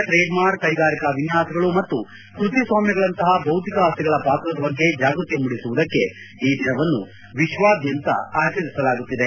trade mark ಕೈಗಾರಿಕಾ ವಿನ್ಯಾಸಗಳು ಮತ್ತು ಕೃತಿಸ್ವಾಮ್ಯಗಳಂತಹ ಬೌದ್ದಿಕ ಆಸ್ತಿಗಳ ಪಾತ್ರದ ಬಗ್ಗೆ ಜಾಗೃತಿ ಮೂಡಿಸುವುದಕ್ಕೆ ಈ ದಿನವನ್ನು ವಿಶ್ವಾದ್ಯಂತ ಆಚರಿಸಲಾಗುತ್ತಿದೆ